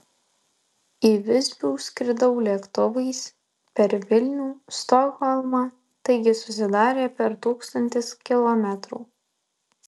į visbių skridau lėktuvais per vilnių stokholmą taigi susidarė per tūkstantis kilometrų